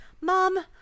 Mom